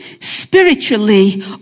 spiritually